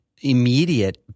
immediate